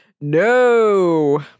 no